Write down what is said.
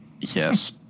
Yes